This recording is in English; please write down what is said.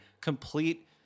complete